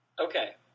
Okay